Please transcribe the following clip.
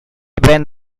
when